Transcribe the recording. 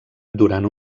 durant